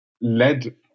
led